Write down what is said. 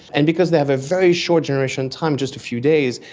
and because they have a very short generation time, just a few days,